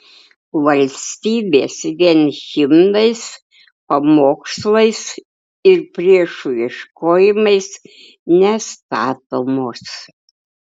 valstybės vien himnais pamokslais ir priešų ieškojimais nestatomos